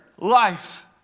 life